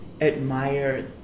admire